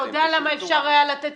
אפשר היה.